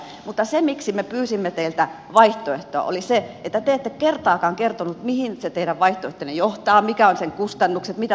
mutta se miksi me pyysimme teiltä vaihtoehtoa oli se että te ette kertaakaan kertonut mihin se teidän vaihtoehtonne johtaa mitkä ovat sen kustannukset mitä tapahtuu